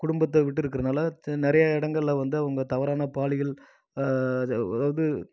குடும்பத்தை விட்டு இருக்குறதுனால நிறையா இடங்கள்ல வந்து அவங்க தவறான பாலியல் அதாவது